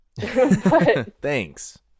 Thanks